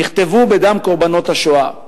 נכתבו בדם קורבנות השואה.